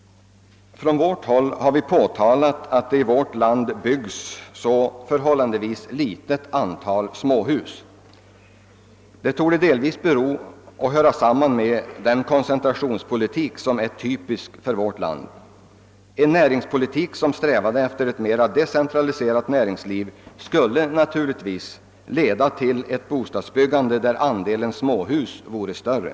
Från vårt håll har vi påtalat att det här i landet byggs ett förhållandevis litet antal småhus. Detta torde delvis höra samman med den koncentrationspolitik som är typisk för vårt land. En näringspolitik som strävade efter ett mera decentraliserat näringsliv skulle naturligtvis leda till ett bostadsbyggande med en större andel småhus.